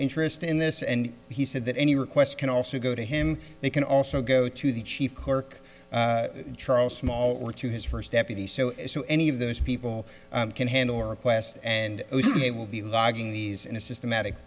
interest in this and he said that any requests can also go to him they can also go to the chief clerk charles small or to his first deputy so as to any of those people can handle our request and they will be logging these in a systematic